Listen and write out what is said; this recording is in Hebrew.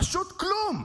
פשוט כלום.